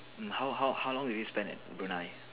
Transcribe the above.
how how how long did you spend at Brunei